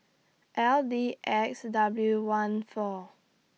L D X W one four